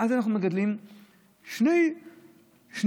ואז אנחנו מגדלים שני דורות